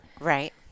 Right